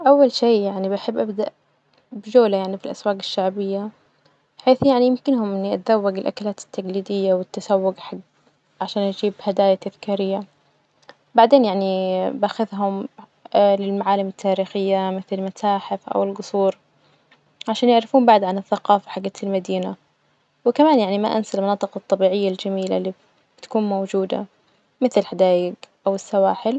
أول شي يعني بحب أبدأ بجولة يعني في الأسواق الشعبية بحيث يعني يمكنهم إني أتذوج الأكلات التجليدية، والتسوج حج عشان أجيب هدايا تذكارية، بعدين يعني بأخذهم للمعالم التاريخية مثل المتاحف أو الجصور عشان يعرفون بعد عن الثقافة حجت المدينة، وكمان يعني ما أنسى المناطق الطبيعية الجميلة اللي بتكون موجودة مثل حدايج أو السواحل.